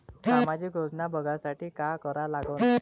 सामाजिक योजना बघासाठी का करा लागन?